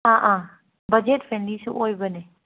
ꯑꯥ ꯑꯥ ꯕꯖꯦꯠ ꯐ꯭ꯔꯦꯟꯂꯤꯁꯨ ꯑꯣꯏꯕꯅꯦ